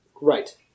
Right